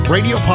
Radio